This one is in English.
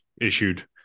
issued –